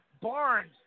Barnes